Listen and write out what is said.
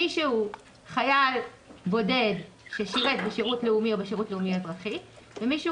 מי שהוא חייל בודד ששירת בשירות לאומי או בשירות לאומי-אזרחי ומי שהוא